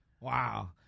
Wow